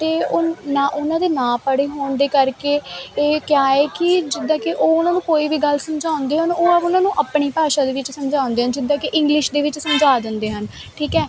ਅਤੇ ਉਹ ਨਾ ਉਹਨਾਂ ਦੇ ਨਾ ਪੜ੍ਹੇ ਹੋਣ ਦੇ ਕਰਕੇ ਇਹ ਕਿਆ ਏ ਕਿ ਜਿੱਦਾਂ ਕਿ ਉਹ ਉਹਨਾਂ ਨੂੰ ਕੋਈ ਵੀ ਗੱਲ ਸਮਝਾਉਂਦੇ ਹਨ ਉਹ ਉਹਨਾਂ ਨੂੰ ਆਪਣੀ ਭਾਸ਼ਾ ਦੇ ਵਿੱਚ ਸਮਝਾਉਂਦੇ ਆ ਜਿੱਦਾਂ ਕਿ ਇੰਗਲਿਸ਼ ਦੇ ਵਿੱਚ ਸਮਝਾ ਦਿੰਦੇ ਹਨ ਠੀਕ ਹੈ